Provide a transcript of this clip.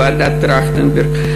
ועדת-טרכטנברג.